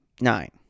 Nine